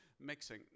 mixing